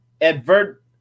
advert